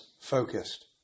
focused